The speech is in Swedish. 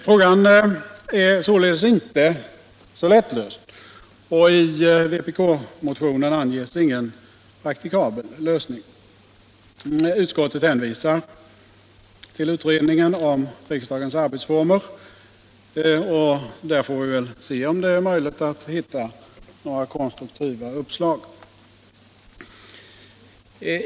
Frågan är således inte så lättlöst, och i vpk-motionen anges ingen praktikabel lösning. Utskottet hänvisar till utredningen om riksdagens arbetsformer. Där får vi se om det är möjligt att hitta något konstruktivt uppslag.